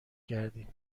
کردیم